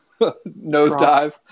nosedive